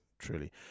truly